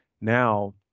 Now